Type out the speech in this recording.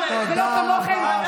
לא כמוכם,